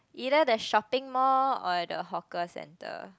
either the shopping mall or the hawker center